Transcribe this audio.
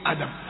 Adam